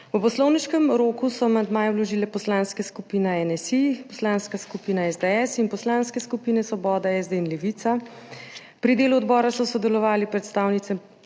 V poslovniškem roku so amandmaje vložile Poslanska skupina NSi, Poslanska skupina SDS in poslanske skupine Svoboda, SD in Levica. Pri delu odbora so sodelovali predstavnice